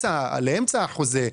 לאמצע החוזה,